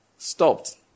Stopped